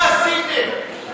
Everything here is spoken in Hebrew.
מה עשיתם?